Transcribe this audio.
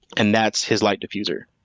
and that's his light diffuser.